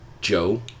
Joe